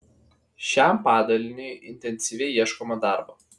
šiam padaliniui intensyviai ieškoma darbo